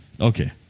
Okay